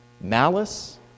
malice